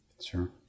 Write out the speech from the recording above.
Sure